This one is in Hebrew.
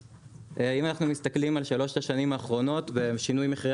אם אנחנו מסתכלים על שלוש השנים האחרונות בשינוי מחירי